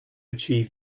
achieve